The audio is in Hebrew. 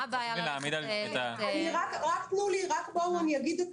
מה הבעיה --- רק תנו לי להגיד את